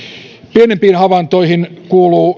pienempiin havaintoihin kuuluu